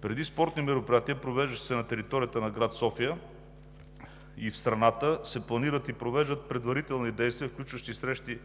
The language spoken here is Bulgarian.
Преди спортни мероприятия, провеждащи се на територията на град София и в страната, се планират и провеждат предварителни действия, включващи срещи